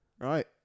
right